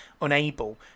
unable